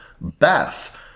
Beth